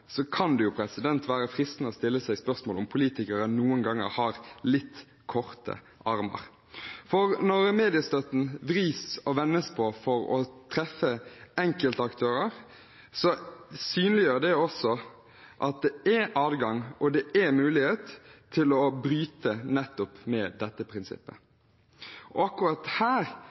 kan det være fristende å stille spørsmål om politikere noen ganger har litt korte armer, for når mediestøtten vris og vendes på for å treffe enkeltaktører, synliggjør det også at det er adgang og mulighet til å bryte nettopp med dette prinsippet. Og akkurat her